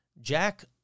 Jack